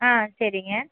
ஆ சரிங்க